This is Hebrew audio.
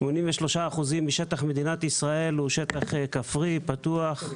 83% משטח מדינת ישראל הוא שטח כפרי, פתוח.